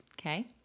Okay